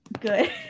good